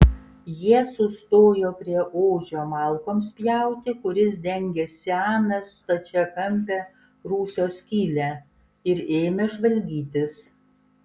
jie sustojo prie ožio malkoms pjauti kuris dengė seną stačiakampę rūsio skylę ir ėmė žvalgytis